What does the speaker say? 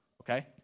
Okay